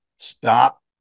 stop